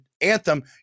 Anthem